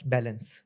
Balance